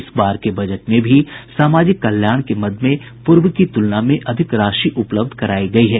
इस बार के बजट में भी सामाजिक कल्याण के मद में पूर्व की तुलना में अधिक राशि उपलब्ध करायी गयी है